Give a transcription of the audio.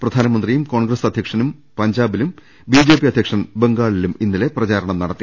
പ്രധാനമന്ത്രിയും കോൺഗ്രസ് അധ്യ ക്ഷനും പഞ്ചാബിലും ബിജെപി അധ്യക്ഷൻ ബംഗാളിലും ഇന്നലെ പ്രചാരണം നടത്തി